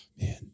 Man